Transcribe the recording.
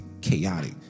chaotic